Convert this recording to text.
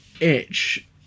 itch